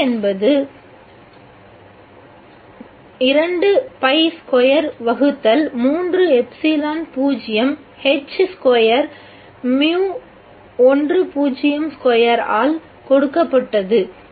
B என்பது 2 pi square வகுத்தல் 3 epsilon 0 h square mu 1 0 square ஆல் கொடுக்கப்பட்டது